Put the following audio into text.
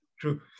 true